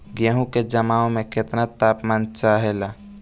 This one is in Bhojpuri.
गेहू की जमाव में केतना तापमान चाहेला?